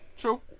true